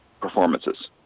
performances